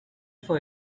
for